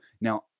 Now